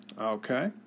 Okay